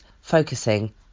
focusing